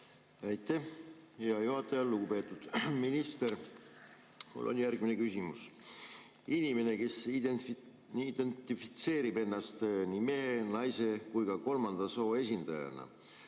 Aitäh, hea juhataja! Lugupeetud minister! Mul on järgmine küsimus. Inimene, kes identifitseerib ennast nii mehe, naise kui ka kolmanda soo esindajana.